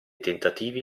tentativi